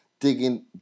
digging